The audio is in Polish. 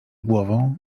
głową